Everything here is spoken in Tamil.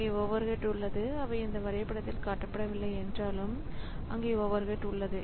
அங்கே ஓவர் ஹேட் உள்ளது அவை இந்த வரைபடத்தில் இது காட்டப்படவில்லை என்றாலும் அங்கே ஓவர் ஹேட் உள்ளது